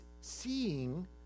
seeing